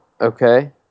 okay